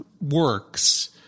works